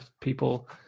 people